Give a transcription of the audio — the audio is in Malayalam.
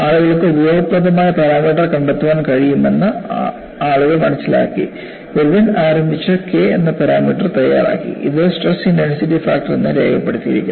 ആളുകൾക്ക് ഉപയോഗപ്രദമായ പാരാമീറ്റർ കണ്ടെത്താൻ കഴിയുമെന്ന് ആളുകൾ മനസ്സിലാക്കി ഇർവിൻ ആരംഭിച്ച K എന്ന പാരാമീറ്റർ തയ്യാറാക്കി ഇത് സ്ട്രെസ് ഇന്റൻസിറ്റി ഫാക്ടർ എന്ന് രേഖപ്പെടുത്തിയിരിക്കുന്നു